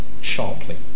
sharply